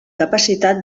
capacitat